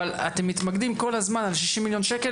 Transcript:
אבל אתם מתמקדים כל הזמן על 60 מיליון שקל